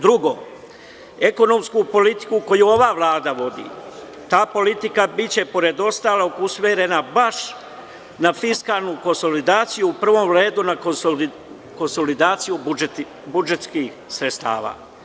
Drugo, ekonomsku politiku koju ova Vlada vodi, ta politika biće pored ostalog usmerena na fiskalnu konsolidaciju, u prvom redu na konsolidaciju budžetskih sredstava.